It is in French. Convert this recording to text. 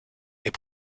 est